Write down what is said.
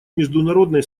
международные